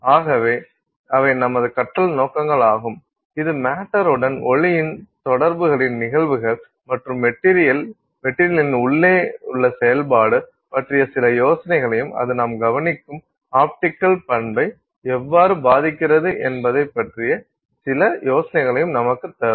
ஆகவே அவை நமது கற்றல் நோக்கங்களாகும் இது மேட்டர் உடன் ஒளியின் தொடர்புகளின் நிகழ்வுகள் மற்றும் மெட்டீரியலின் உள்ளேயுள்ள செயல்பாடு பற்றிய சில யோசனைகளையும் அது நாம் கவனிக்கும் ஆப்டிக்கல் பண்பை எவ்வாறு பாதிக்கிறது என்பதைப்பற்றிய சில யோசனைகளையும் நமக்கு தரும்